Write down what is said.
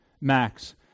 Max